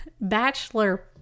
Bachelor